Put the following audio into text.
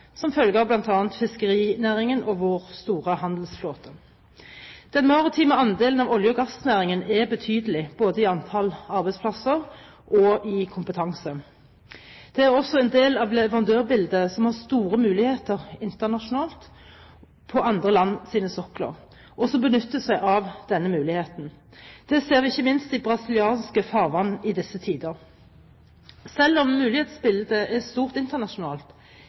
som følge av bl.a. fiskerinæringen og vår store handelsflåte. Den maritime andelen av olje- og gassnæringen er betydelig både i antall arbeidsplasser og i kompetanse. Det er også en del av leverandørbildet som har store muligheter internasjonalt på andre lands sokler – og som benytter seg av denne muligheten. Det ser vi ikke minst i brasilianske farvann i disse tider. Selv om mulighetsbildet er stort internasjonalt,